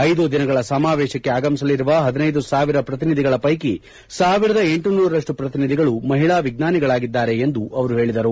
ಐದು ದಿನಗಳ ಸಮಾವೇಶಕ್ಕೆ ಆಗಮಿಸಲಿರುವ ಹದಿನೈದು ಸಾವಿರ ಶ್ರತಿನಿಧಿಗಳ ಕೈಕಿ ಸಾವಿರದ ಎಂಟು ನೂರರಷ್ಟು ಪ್ರತಿನಿಧಿಗಳು ಮಹಿಳಾ ವಿಜ್ಞಾನಿಗಳಾಗಿದ್ದಾರೆ ಎಂದು ಅವರು ಹೇಳಿದರು